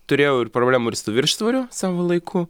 turėjau ir problemų ir su viršsvoriu savu laiku